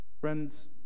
Friends